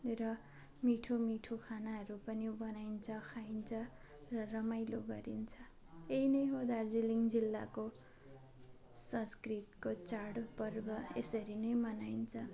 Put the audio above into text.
र मिठो मिठो खानाहरू पनि बनाइन्छ खाइन्छ र रमाइलो गरिन्छ यही नै हो दार्जिलिङ जिल्लाको संस्कृतिको चाड पर्व यसरी नै मनाइन्छ